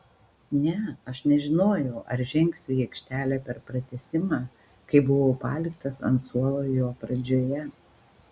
ne aš nežinojau ar žengsiu į aikštę per pratęsimą kai buvau paliktas ant suolo jo pradžioje